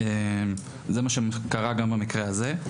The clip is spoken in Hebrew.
זה מה שקרה גם במקרה הזה.